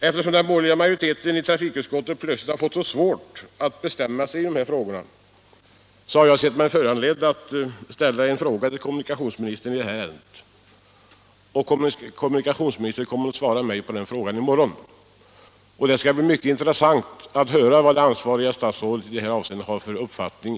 Eftersom den borgerliga majoriteten i trafikutskottet plötsligt har fått så svårt att bestämma sig i dessa frågor har jag sett mig föranlåten att ställa en fråga till kommunikationsministern i ärendet, och kommuni kationsministern kommer att svara på den frågan i morgon. Det skall Nr 41 bli intressant att höra vad det ansvariga statsrådet har för uppfattning.